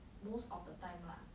most of the time lah